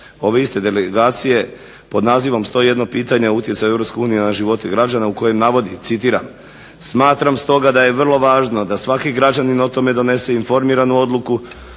ove iste delegacije pod nazivom stoji jedno pitanje o utjecaju EU na živote građana u kojem navodi, citiram: "Smatram stoga da je vrlo važno da svaki građanin o tome donese informiranu odluku,